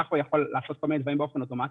וככה הוא יכול לעשות כל מיני דברים באופן אוטומטי.